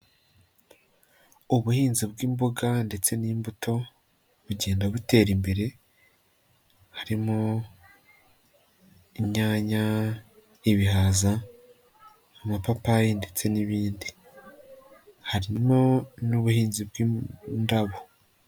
Ubuhinzi bw'imboga ndetse n'imbuto bugenda butera imbere harimo imyanya, ibihaza, amapapayi ndetse n'ibindi. Harimo n'ubuhinzi bw'indabo.